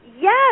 Yes